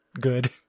good